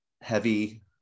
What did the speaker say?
heavy